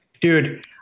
Dude